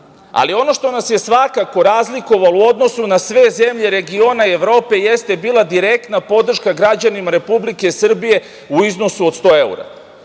zarade. Ono što nas je svakako razlikovalo u odnosu na sve zemlje regiona i Evrope jeste bila direktna podrška građanima Republike Srbije u iznosu od 100 evra. Tu